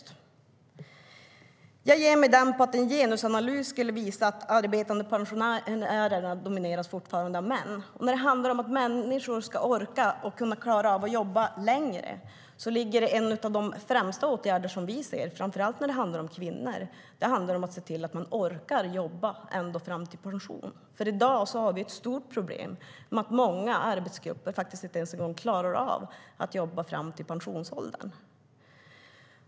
Jag är säker på att en genusanalys skulle visa att de arbetande pensionärerna fortfarande domineras av män. När det handlar om att människor ska orka och klara av att jobba längre är en av de främsta åtgärderna som vi ser, framför allt när det handlar om kvinnor, att se till att människor orkar jobba ända fram till pensionsåldern. I dag har vi nämligen ett stort problem med att många arbetsgrupper inte ens klarar av att jobba fram till pensionsåldern.